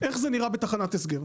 איך זה נראה בתחנת הסגר,